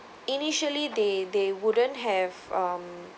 initially they they wouldn't have um